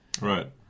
Right